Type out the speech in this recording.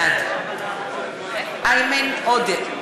בעד איימן עודה,